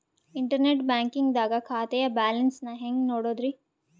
Internet banking ದಾಗ ಖಾತೆಯ balance ನ ಹೆಂಗ್ ನೋಡುದ್ರಿ?